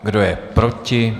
Kdo je proti?